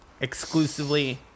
exclusively